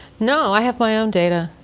no, i have my own data.